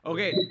Okay